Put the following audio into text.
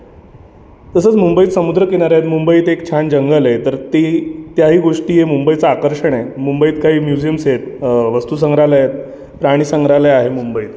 तसंच मुंबईत समुद्रकिनारा आहे मुंबईत एक छान जंगल आहे तर ते त्याही गोष्टी हे मुंबईचं एक आकर्षण आहे मुंबईत काही म्युझियम्स आहेत अ वस्तुसंग्रहालयं आहेत प्राणी संग्रहालय आहे मुंबईत